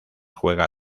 juega